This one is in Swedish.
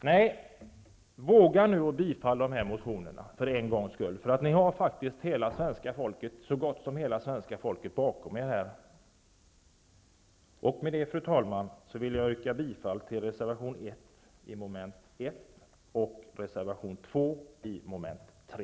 Nej, våga nu för en gångs skull bifalla de här motionerna! Ni har faktiskt så gott som hela svenska folket bakom er. Med detta, fru talman, vill jag yrka bifall till reservation 1 under mom. 1 och reservation 2 under mom. 3.